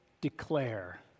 declare